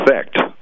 effect